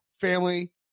family